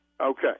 Okay